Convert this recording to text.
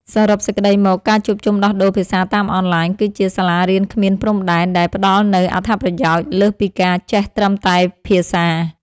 សរុបសេចក្ដីមក ការជួបជុំដោះដូរភាសាតាមអនឡាញ គឺជា សាលារៀនគ្មានព្រំដែន ដែលផ្តល់នូវអត្ថប្រយោជន៍លើសពីការចេះត្រឹមតែភាសា។